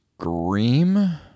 Scream